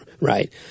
Right